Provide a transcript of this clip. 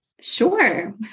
Sure